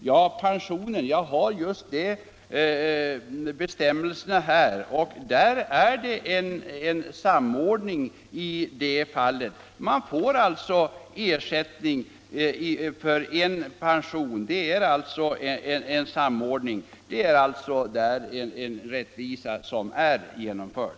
Jag har i min hand bestämmelserna för denna, och de innebär att det sker en samordning, så att man får ersättning motsvarande en enda pension. I det avseendet är alltså rättvisan genomförd.